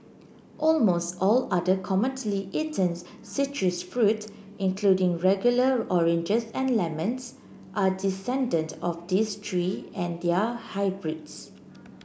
almost all other commonly eaten citrus fruits including regular oranges and lemons are descendant of these three and their hybrids